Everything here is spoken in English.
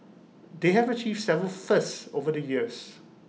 they have achieved several firsts over the years